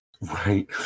right